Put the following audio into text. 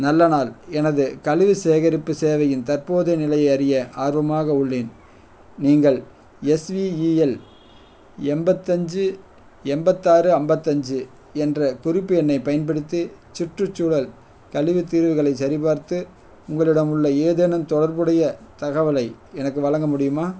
நல்ல நாள் எனது கழிவு சேகரிப்பு சேவையின் தற்போதைய நிலையை அறிய ஆர்வமாக உள்ளேன் நீங்கள் எஸ்விஇஎல் எண்பத்தஞ்சி எண்பத்தாறு ஐம்பத்தஞ்சி என்ற குறிப்பு எண்ணைப் பயன்படுத்தி சுற்றுச்சூழல் கழிவு தீர்வுகளைச் சரிபார்த்து உங்களிடம் உள்ள ஏதேனும் தொடர்புடைய தகவலை எனக்கு வழங்க முடியுமா